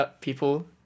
people